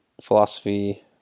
philosophy